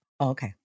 Okay